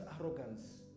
arrogance